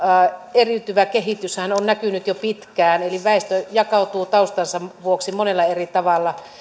eriytyvä kehityshän on näkynyt jo pitkään eli väestö jakautuu taustansa vuoksi monella eri tavalla